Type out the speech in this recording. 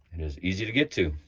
and is easy to get to.